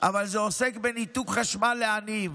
אבל זה עוסק בניתוק חשמל לעניים.